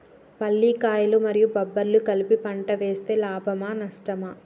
పల్లికాయలు మరియు బబ్బర్లు కలిపి పంట వేస్తే లాభమా? నష్టమా?